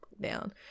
down